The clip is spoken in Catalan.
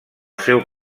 seu